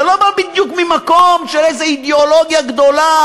זה לא בא בדיוק ממקום של איזה אידיאולוגיה גדולה,